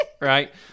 right